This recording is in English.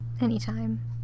Anytime